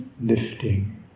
lifting